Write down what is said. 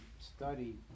study